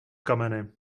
kameny